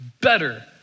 better